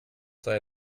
sei